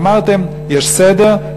אמרתם: יש סדר,